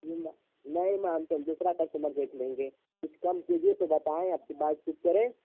नहीं मैम दूसरा कस्टमर देख लेंगे कुछ कम कीजिएगा तो बताएं आपसे बातचीत करें